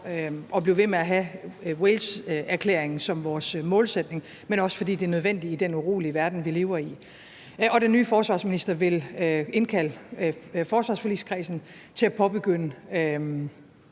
at blive ved med at have Waleserklæringen som vores målsætning, men også fordi det er nødvendigt i den urolige verden, vi lever i. Den nye forsvarsminister vil indkalde forsvarsforligskredsen til at påbegynde